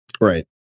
Right